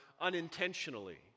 unintentionally